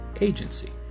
agency